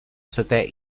setè